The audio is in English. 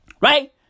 Right